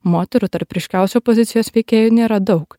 moterų tarp ryškiausių opozicijos veikėjų nėra daug